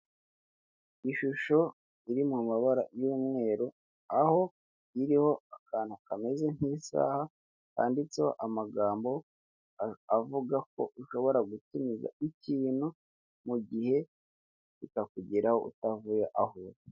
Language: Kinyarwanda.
Ishusho iri mu mabara y'umweru aho iriho akantu kameze nk'isaaha kanditseho amagambo avuga ko ushobora gutumiza ikintu mu gihe kikakugeraho utavuye aho uri.